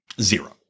Zero